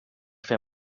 fer